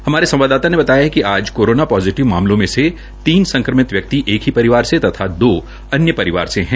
हमारे संवाददाता ने बताया कि आज कोरोना पोजिटिव मामलों में तीन संक्रमित व्यक्ति एक ही परिवार से तथा दो अन्य परिवार से है